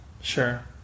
Sure